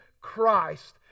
Christ